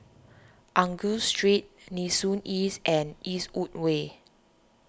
Angus Street Nee Soon East and Eastwood Way